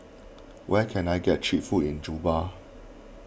where can I get Cheap Food in Juba